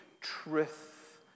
truth